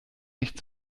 nicht